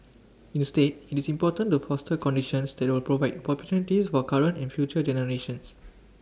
instead IT is important to foster conditions that will provide opportunities for current and future generations